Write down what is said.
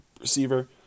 receiver